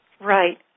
Right